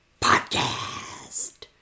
Podcast